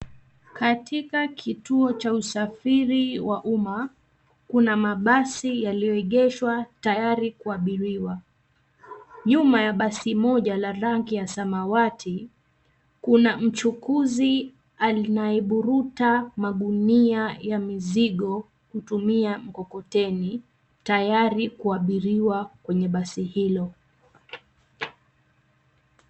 Katika kituo cha usafiri wa umma, kuna mabasi yaliyoegeshwa tayari kuabiriwa. Nyuma ya basi moja la rangi ya samawati, kuna mchukuzi, anayeburuta magunia ya mizigo, kutumia mkokoteni, tayari kuabiriwa kwenye basi hilo.